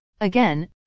Again